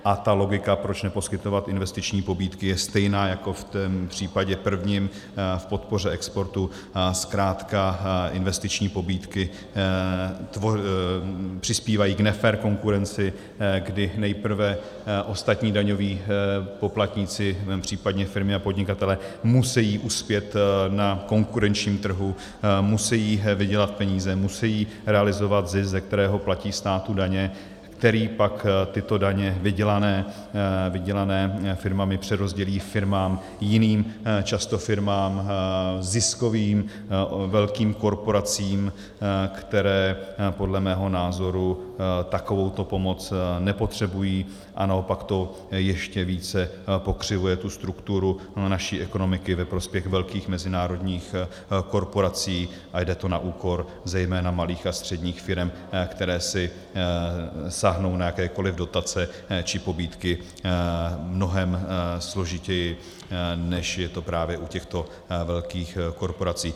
A ta logika, proč neposkytovat investiční pobídky, je stejná jako v tom případě prvním: v podpoře exportu zkrátka investiční pobídky přispívají k nefér konkurenci, kdy nejprve ostatní daňoví poplatníci, případně firmy a podnikatelé musejí uspět na konkurenčním trhu, musejí vydělat peníze, musejí realizovat zisk, ze kterého platí státu daně, který pak tyto daně vydělané firmami přerozdělí firmám jiným, často firmám ziskovým, velkým korporacím, které podle mého názoru takovouto pomoc nepotřebují, a naopak to ještě více pokřivuje strukturu naší ekonomiky ve prospěch velkých mezinárodních korporací a jde to na úkor zejména malých a středních firem, které si sáhnou na jakékoli dotace či pobídky mnohem složitěji, než je to právě u těchto velkých korporací.